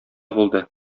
булды